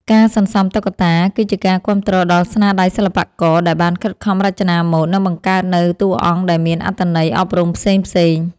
ការសន្សំតុក្កតាក៏ជាការគាំទ្រដល់ស្នាដៃសិល្បករ ដែលបានខិតខំរចនាម៉ូដ និងបង្កើតនូវតួអង្គដែលមានអត្ថន័យអប់រំផ្សេងៗ។